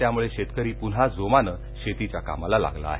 त्यामुळे शेतकरी पुन्हा जोमानं शेतीच्या कामाला लागला आहे